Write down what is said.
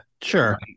sure